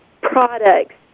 products